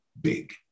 big